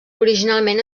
originalment